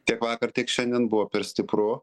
tiek vakar tik šiandien buvo per stipru